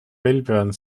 melbourne